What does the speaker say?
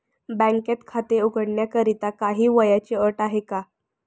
बँकेत खाते उघडण्याकरिता काही वयाची अट आहे का?